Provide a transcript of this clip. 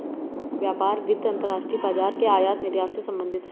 व्यापार वित्त अंतर्राष्ट्रीय बाजार के आयात निर्यात से संबधित है